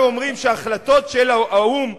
אתם הרי אומרים שהחלטות של האו"ם,